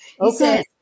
Okay